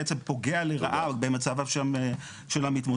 בעצם פוגע לרעה במצבם של המתמודדים.